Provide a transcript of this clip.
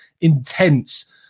intense